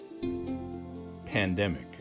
pandemic